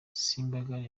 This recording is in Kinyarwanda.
sembagare